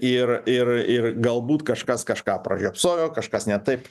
ir ir ir galbūt kažkas kažką pražiopsojo kažkas ne taip